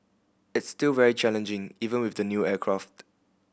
it's still very challenging even with the new aircraft